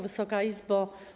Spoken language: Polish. Wysoka Izbo!